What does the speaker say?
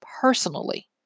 personally